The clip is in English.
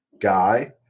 guy